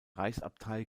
reichsabtei